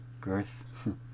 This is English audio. girth